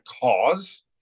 cause